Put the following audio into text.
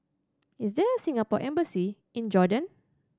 is there Singapore Embassy in Jordan